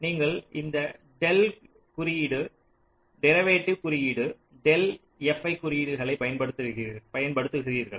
நீங்கள் இந்த டெல் குறியீடு டெரிவேட்டிவ் குறியீடு டெல் fi குறியீடுகளை பயன்படுத்துகிறீர்கள்